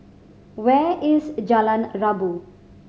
where is Jalan Rabu